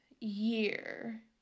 year